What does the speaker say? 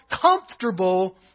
comfortable